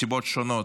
מסיבות שונות,